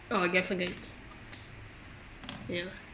oh definitely ya